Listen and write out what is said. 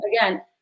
again